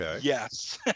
yes